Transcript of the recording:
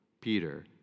Peter